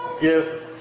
give